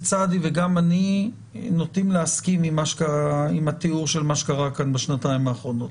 סעדי וגם אני נוטים להסכים עם התיאור של מה שקרה כאן בשנתיים האחרונות.